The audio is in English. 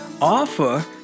offer